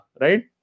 right